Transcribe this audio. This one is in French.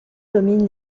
dominent